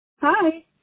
Hi